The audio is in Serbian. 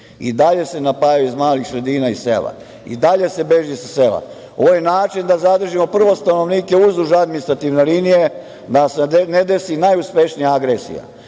I dalje se napajaju iz nekih malih sredina, iz sela, i dalje se beži sa sela. Ovo je način da zadržimo prvo stanovnike duž administrativne linije da se ne desi najuspešnija agresija,